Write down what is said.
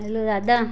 hello Dada